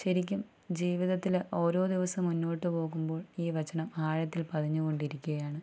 ശരിക്കും ജീവിതത്തിൽ ഓരോ ദിവസം മുന്നോട്ടു പോകുമ്പോൾ ഈ വചനം ആഴത്തിൽ പതിഞ്ഞ് കൊണ്ടിരിക്കുകയാണ്